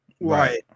right